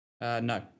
No